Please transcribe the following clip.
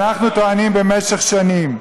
אנחנו טוענים שבמשך שנים,